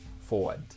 forward